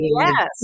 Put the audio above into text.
yes